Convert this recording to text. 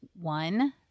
one